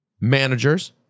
managers